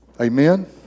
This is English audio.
Amen